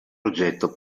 progetto